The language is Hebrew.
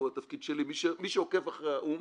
מי שעוקב אחרי האו"ם,